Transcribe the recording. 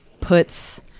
puts